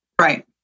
Right